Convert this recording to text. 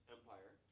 Empire